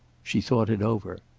she thought it over.